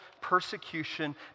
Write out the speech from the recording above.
persecution